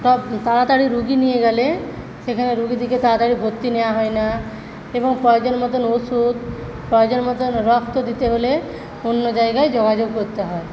তাড়াতাড়ি রুগী নিয়ে গেলে সেখানে রুগীদেরকে তাড়াতাড়ি ভর্তি নেয়া হয়না এবং প্রয়োজন মতন ওষুধ প্রয়োজন মতন রক্ত দিতে হলে অন্য জায়গায় যোগাযোগ করতে হয়